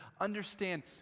understand